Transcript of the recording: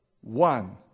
One